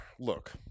look